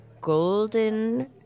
golden